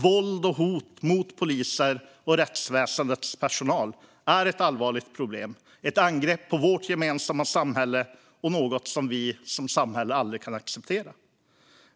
Våld och hot mot poliser och rättsväsendets personal är ett allvarligt problem, ett angrepp på vårt gemensamma samhälle och något vi som samhälle aldrig kan acceptera.